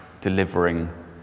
delivering